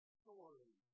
story